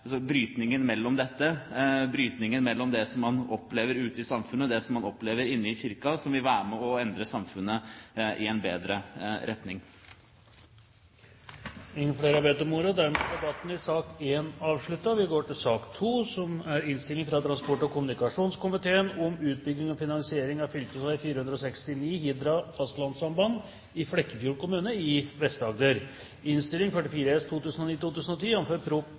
brytningen mellom dette, brytningen mellom det som man opplever ute i samfunnet, og det som man opplever inne i kirken, som vil være med og endre samfunnet i en bedre retning. Flere har ikke bedt om ordet til sak nr 1. Etter ønske fra transport- og kommunikasjonskomiteen vil presidenten foreslå at taletiden begrenses til 40 minutter og fordeles med inntil 5 minutter til hvert parti og